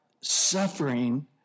suffering